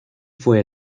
fue